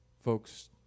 folks